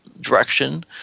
direction